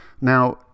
Now